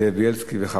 שנייה ושלישית.